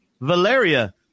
Valeria